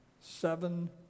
seven